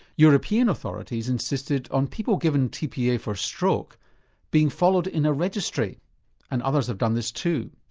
european authorities insisted on people given tpa for stroke being followed in a registry and others have done this too.